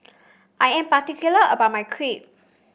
I am particular about my Crepe